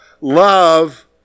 love